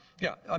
yeah,